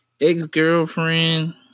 ex-girlfriend